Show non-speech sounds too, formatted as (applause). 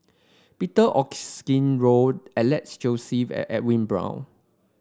Peter Augustine Goh Alex Josey (unintelligible) and Edwin Brown